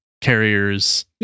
carriers